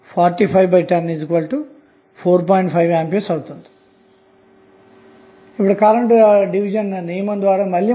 కాబట్టి 1 వోల్ట్ కోసం కరెంటు సమీకరణం వ్రాస్తే